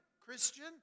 Christian